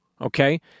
Okay